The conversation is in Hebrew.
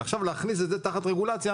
ועכשיו להכניס את זה תחת רגולציה,